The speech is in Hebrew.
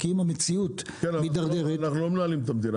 כי אם המציאות מדרדרת --- אנחנו לא מנהלים את המדינה,